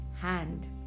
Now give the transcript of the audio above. hand